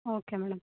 okay madam